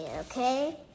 okay